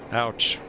ouch.